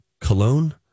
cologne